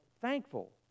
Thankful